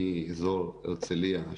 מאזור הרצליה,